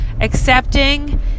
accepting